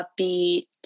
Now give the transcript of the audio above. upbeat